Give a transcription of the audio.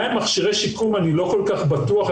מה הם מכשירי שיקום אני לא כל כך בטוח.